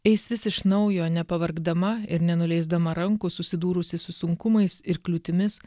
eis vis iš naujo nepavargdama ir nenuleisdama rankų susidūrusi su sunkumais ir kliūtimis